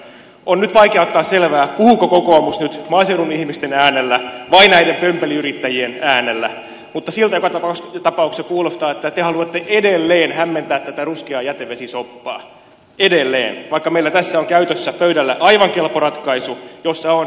on nyt vaikea ottaa selvää puhuuko kokoomus nyt maaseudun ihmisten äänellä vai näiden pömpeliyrittäjien äänellä mutta siltä joka tapauksessa kuulostaa että te haluatte edelleen hämmentää tätä ruskeaa jätevesisoppaa edelleen vaikka meillä tässä on käytössä pöydällä aivan kelpo ratkaisu jossa on arvoisa kokoomus myös teidän nimenne alla